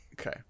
Okay